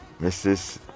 mrs